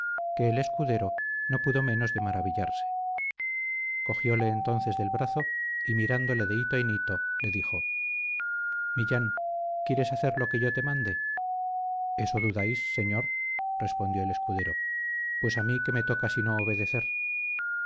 que el escudero no pudo menos de maravillarse cogióle entonces del brazo y mirándole de hito en hito le dijo millán quieres hacer lo que yo te mande eso dudáis señor respondió el escudero pues a mí qué me toca sino obedecer